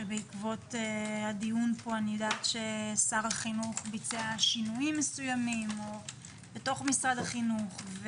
שבעקבות הדיון פה שר החינוך ביצע שינויים מסוימים או בתוך משרד החינוך,